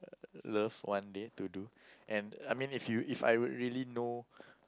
love one day to do and I mean if you if I really know